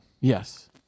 Yes